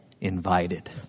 invited